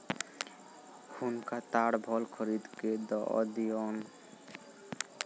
हुनका ताड़ फल खरीद के दअ दियौन